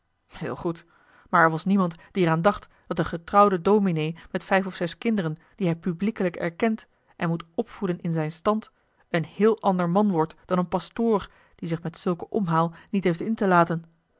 heel goed maar er was niemand die er aan dacht dat een getrouwde dominé met vijf of zes kinderen die hij publiekelijk erkent en moet opvoeden in zijn stand een heel ander man wordt dan een pastoor die zich met zulken omhaal niet heeft in te laten